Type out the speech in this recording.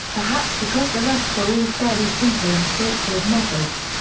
perhaps because the rest were all fairly simple and straightforward methods,